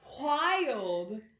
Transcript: wild